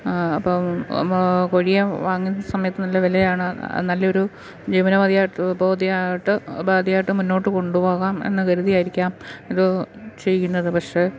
അപ്പോള് ങാ കോഴിയെ വാങ്ങുന്ന സമയത്ത് നല്ല വിലയാണ് നല്ലയൊരു ജീവിനോപാധിയായിട്ട് ഉപോതിയായിട്ട് ഉപാധിയായിട്ട് മുന്നോട്ട് കൊണ്ടുപോകാം എന്ന് കരുതിയായിരിക്കാം ഇത് ചെയ്യുന്നത് പക്ഷെ